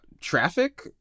Traffic